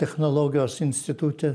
technologijos institute